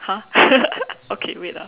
!huh! okay wait ah